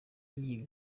iyi